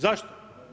Zašto?